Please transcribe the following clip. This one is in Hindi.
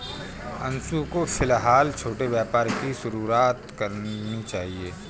अंशु को फिलहाल छोटे व्यापार की शुरुआत करनी चाहिए